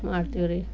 ಮಾಡ್ತೀವಿ ರೀ